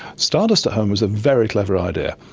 stardust at home is a very clever idea.